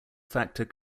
factor